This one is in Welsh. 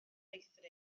meithrin